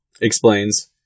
explains